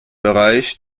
bereich